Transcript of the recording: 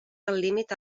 límit